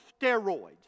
steroids